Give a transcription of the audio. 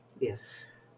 Yes